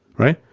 right?